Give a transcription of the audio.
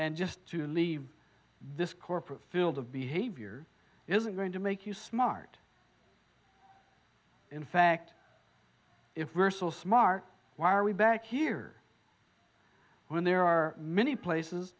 and just to leave this corporate field of behavior isn't going to make you smart in fact if we're so smart why are we back here when there are many places